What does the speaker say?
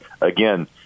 again